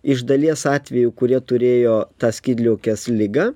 iš dalies atvejų kurie turėjo tą skydliaukės ligą